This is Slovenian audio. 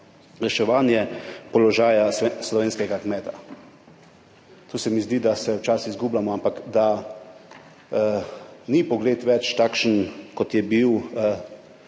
reševanje položaja slovenskega kmeta. To se mi zdi, da se včasih izgubljamo, ampak da ni pogled več takšen, kot je bil